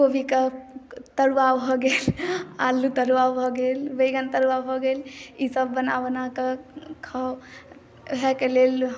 कोबी के तरुआ भऽ गेल आलू तरुआ भऽ गेल बैगन तरुआ भऽ गेल ईसब बना बना कऽ खाउ एहिके लेल